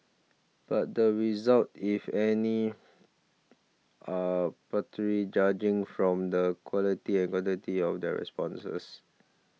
but the results if any are paltry judging from the quality and quantity of the responses